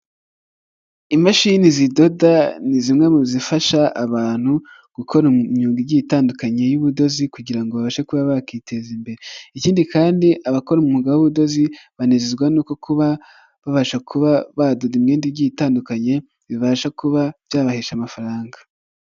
Imashini zidoda ni zimwe mu zifasha abantu gukora imyuga igye itandukanye y'ubudozi kugira babashe kuba bakiteza imbere, ikindi kandi abakora umwuga w'ubudozi banezezwa no kuba babasha kuba badoda imyenda igiye itandukanye bibasha kuba byabahesha amafaranga.